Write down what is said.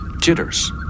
jitters